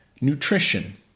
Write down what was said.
nutrition